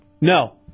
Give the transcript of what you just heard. No